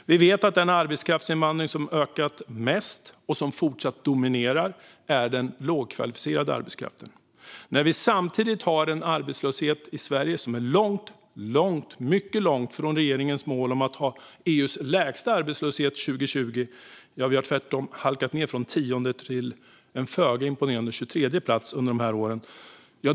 Vi vet att den arbetskraftsinvandring som har ökat mest och som fortsatt dominerar är den lågkvalificerade arbetskraften. Vi har en arbetslöshet i Sverige som är långt - mycket långt - ifrån regeringens mål att ha EU:s lägsta arbetslöshet 2020. Tvärtom har vi halkat ned från 10:e plats till en föga imponerande 23:e plats under de här åren.